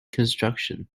construction